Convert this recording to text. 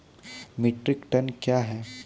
Metric ton कया हैं?